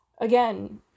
Again